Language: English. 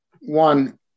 one